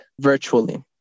virtually